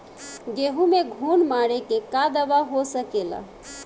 गेहूँ में घुन मारे के का दवा हो सकेला?